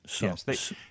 Yes